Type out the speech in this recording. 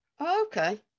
Okay